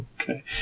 Okay